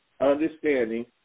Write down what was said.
understanding